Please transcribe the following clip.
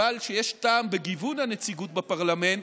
אלא שיש טעם בגיוון הנציגות בפרלמנט,